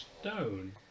stone